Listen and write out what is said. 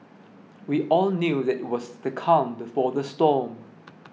we all knew that it was the calm before the storm